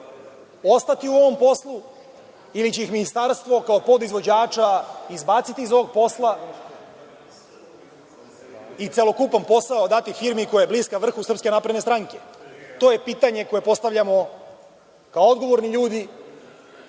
ostati u ovom poslu ili će ih ministarstvo kao podizvođača izbaciti iz ovog posla i celokupan posao dati firmi koja je bliska vrhu SNS? To je pitanje koje postavljamo kao odgovorni ljudi,